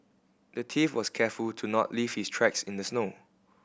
the thief was careful to not leave his tracks in the snow